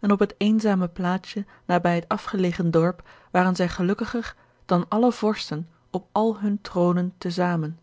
en op het eenzame plaatsje nabij het afgelegen dorp waren zij gelukkiger dan alle vorsten op al hunne troonen te zamen